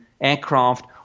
aircraft